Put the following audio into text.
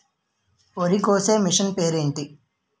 వరి కోసే మిషన్ పేరు ఏంటి